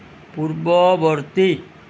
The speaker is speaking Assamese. পূৰ্ববৰ্তী